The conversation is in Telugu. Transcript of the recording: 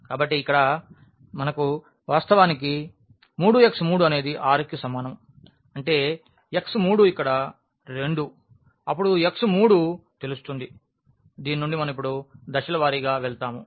కాబట్టి ఇక్కడ మనకు వాస్తవానికి 3x3అనేది 6 కి సమానం అంటే x3ఇక్కడ 2 అప్పుడు ఈ x3 తెలుస్తుంది దీని నుండి మనం ఇప్పుడు దశల వారీగా వెళ్తాము